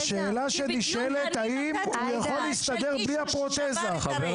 כי בדיוק נתתי דוגמה של מישהו ששבר את הרגל.